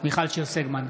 מיכל שיר סגמן,